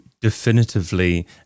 definitively